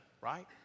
right